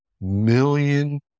million